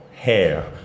hair